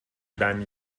برمی